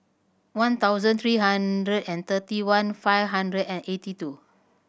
one thousand three hundred and thirty one five hundred and eighty two